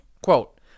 quote